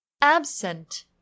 Absent